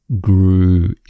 grew